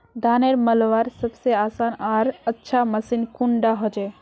धानेर मलवार सबसे आसान आर अच्छा मशीन कुन डा होचए?